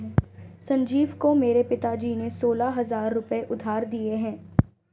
संजीव को मेरे पिताजी ने सोलह हजार रुपए उधार दिए हैं